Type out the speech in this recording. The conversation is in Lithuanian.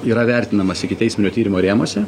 yra vertinamas ikiteisminio tyrimo rėmuose